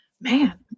man